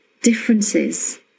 differences